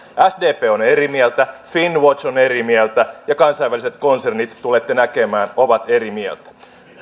sdp on eri mieltä finnwatch on eri mieltä ja kansainväliset konsernit tulette näkemään ovat eri mieltä